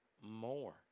more